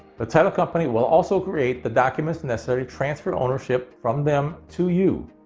the title company will also create the documents necessary transfer ownership from them to you.